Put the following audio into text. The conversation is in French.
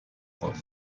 rhum